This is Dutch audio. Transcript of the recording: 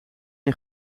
een